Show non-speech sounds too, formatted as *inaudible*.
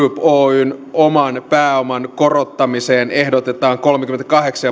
oyn oman pääoman korottamiseen ehdotetaan kolmekymmentäkahdeksan *unintelligible*